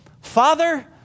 Father